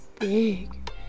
Big